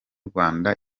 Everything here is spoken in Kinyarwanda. rwanda